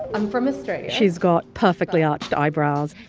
i'm from australia she's got perfectly arched eyebrows,